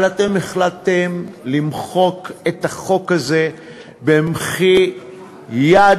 אבל אתם החלטתם למחוק את החוק הזה במחי יד.